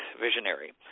visionary